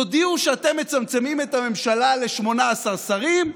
תודיעו שאתם מצמצמים את הממשלה ל-18 שרים,